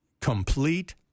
complete